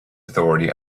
authority